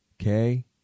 okay